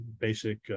basic